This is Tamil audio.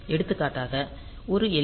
எடுத்துக்காட்டாக ஒரு எல்